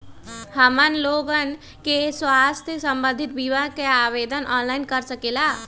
हमन लोगन के स्वास्थ्य संबंधित बिमा का आवेदन ऑनलाइन कर सकेला?